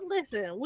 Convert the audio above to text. Listen